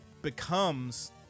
becomes